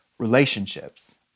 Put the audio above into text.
relationships